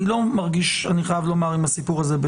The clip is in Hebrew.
אני לא מרגיש בנוח, אני חייב לומר, עם הסיפור הזה.